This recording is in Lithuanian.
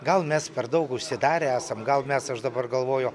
gal mes per daug užsidarę esam gal mes aš dabar galvoju